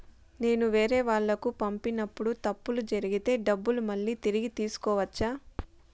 నేను వేరేవాళ్లకు పంపినప్పుడు తప్పులు జరిగితే డబ్బులు మళ్ళీ తిరిగి తీసుకోవచ్చా?